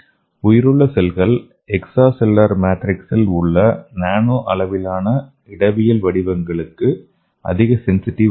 உயிருள்ள செல்கள் extra cellular மேட்ரிக்ஸில் உள்ள நானோ அளவிலான இடவியல் வடிவங்களுக்கு அதிக சென்சிட்டிவ் ஆனவை